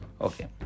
Okay